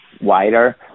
wider